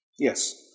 Yes